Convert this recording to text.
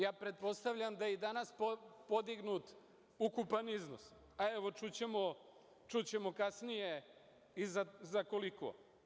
Ja pretpostavljam da i danas podignut ukupan iznos, a evo čućemo kasnije i za koliko.